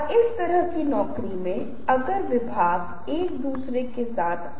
हम किसी विशेष व्यक्ति को व्यक्तिगत रूप से नहीं देख रहे हैं